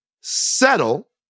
settle